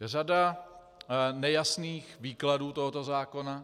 Je řada nejasných výkladů tohoto zákona.